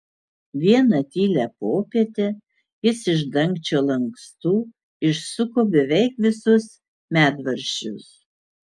vieną tylią popietę jis iš dangčio lankstų išsuko beveik visus medvaržčius